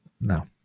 No